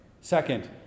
Second